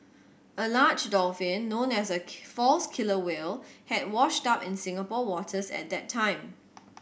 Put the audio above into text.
a large dolphin known as a false killer whale had washed up in Singapore waters at that time